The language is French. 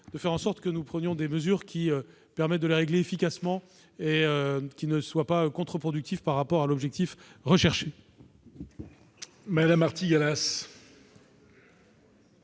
de faire en sorte que nous prenions des mesures qui permettent de les régler efficacement et qui ne soient pas contre-productives. La parole est à Mme